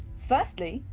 firstly,